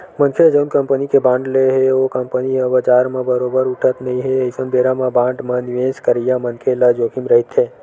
मनखे ह जउन कंपनी के बांड ले हे ओ कंपनी ह बजार म बरोबर उठत नइ हे अइसन बेरा म बांड म निवेस करइया मनखे ल जोखिम रहिथे